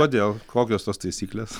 kodėl kokios tos taisyklės